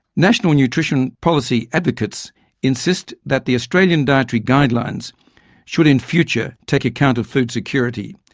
national nutrition policy advocates insist that the australian dietary guidelines should in future take account of food security,